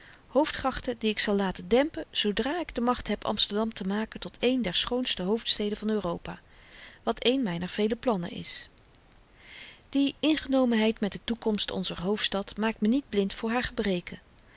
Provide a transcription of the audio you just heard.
hoofdgrachten die ik zal laten dempen zoodra ik de macht heb amsterdam te maken tot een der schoonste hoofdsteden van europa wat een myner vele plannen is die ingenomenheid met de toekomst onzer hoofdstad maakt me niet blind voor haar gebreken